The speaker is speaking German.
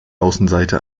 außenseite